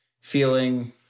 feeling